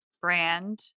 brand